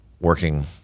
working